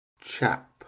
chap